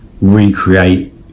recreate